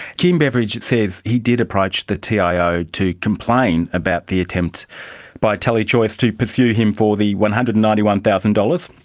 kim beveridge says he did approach the tio to complain about the attempt by telechoice to pursue him for the one hundred and ninety one thousand dollars,